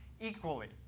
Equally